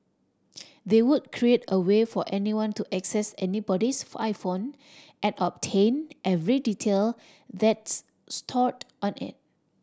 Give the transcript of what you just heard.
they would create a way for anyone to access anybody's iPhone and obtain every detail that's stored on it